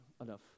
enough